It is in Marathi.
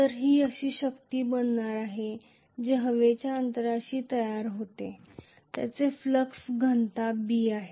तर ही अशी शक्ती बनणार आहे जे हवेच्या अंतरात तयार होते ज्याचे फ्लक्स घनता B आहे